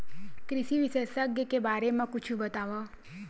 कृषि विशेषज्ञ के बारे मा कुछु बतावव?